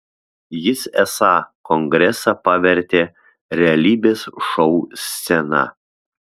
jis esą kongresą pavertė realybės šou scena